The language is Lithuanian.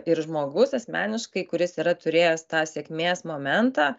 ir žmogus asmeniškai kuris yra turėjęs tą sėkmės momentą